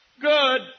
Good